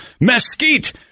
mesquite